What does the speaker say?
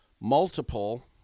multiple